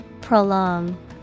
prolong